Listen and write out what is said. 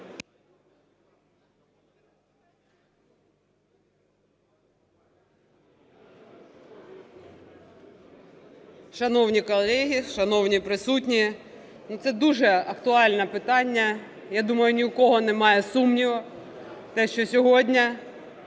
Шановні колеги, шановні присутні, ну, це дуже актуальне питання. Я думаю, ні у кого немає сумніву те, що сьогодні